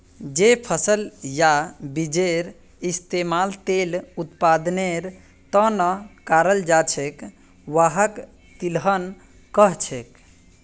जे फसल या बीजेर इस्तमाल तेल उत्पादनेर त न कराल जा छेक वहाक तिलहन कह छेक